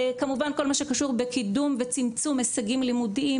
כמובן כל מה שקשור בקידום וצמצום הישגים לימודיים,